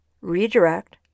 redirect